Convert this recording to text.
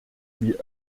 wie